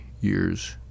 years